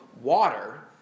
water